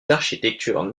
d’architecture